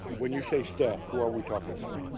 when you say staff, who are we talking about?